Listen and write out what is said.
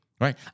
Right